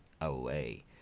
away